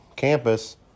Campus